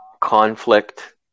conflict